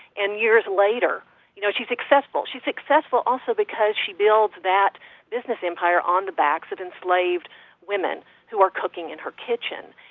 and years later you know she's successful. she's successful also because she builds that business empire on the backs of enslaved women who were cooking in her kitchen.